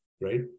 right